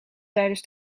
tijdens